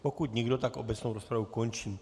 Pokud nikdo, obecnou rozpravu končím.